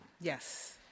Yes